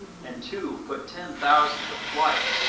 and two put ten thousand to flight,